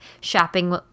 shopping